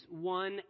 one